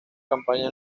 campaña